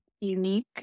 unique